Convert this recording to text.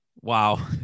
Wow